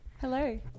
Hello